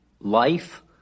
life